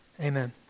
Amen